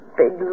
big